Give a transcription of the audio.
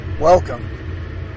Welcome